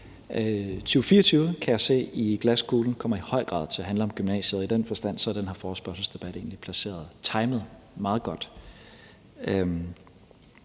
2024, kan jeg se i glaskuglen, kommer i høj grad til at handle om gymnasiet, og i den forstand er den her forespørgselsdebat egentlig timet meget godt.